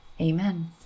Amen